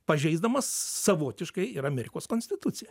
pažeisdamas savotiškai ir amerikos konstituciją